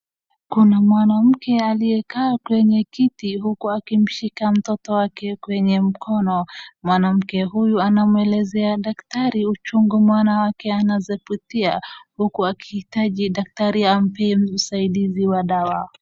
Kuna mwanamke aliyekaa kwenye kitu huku akimshika mtoto wake kwenye mkono. Mwanamke huyu anamwelezea daktari uchungu ambaye mtoto wake anazopitia huku akihitaji daktari ampee usaidizi wa dawa.